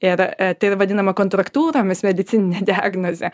ir tai vadinama kontraktutomis medicininė diagnozė